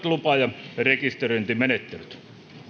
lupa ja rekisteröintimenettelyt